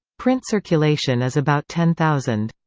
print circulation is about ten thousand.